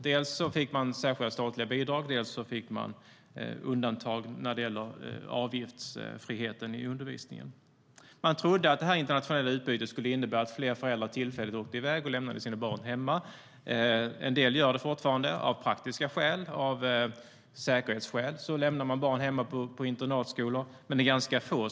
Dels fick man särskilda statliga bidrag, dels fick man undantag när det gällde avgiftsfriheten i undervisningen. Man trodde att det internationella utbytet skulle innebära att fler föräldrar tillfälligt åkte i väg och lämnade sina barn hemma. En del gör det fortfarande av praktiska skäl. Av säkerhetsskäl lämnar man barnen hemma på internatskolor, men det är ganska få.